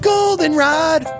Goldenrod